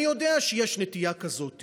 אני יודע שיש נטייה כזאת